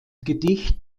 gedicht